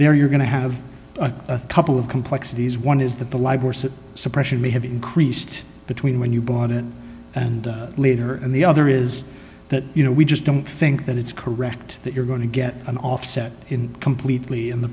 there you're going to have a couple of complexities one is that the library suppression may have increased between when you bought it and later and the other is that you know we just don't think that it's correct that you're going to get an offset in completely in the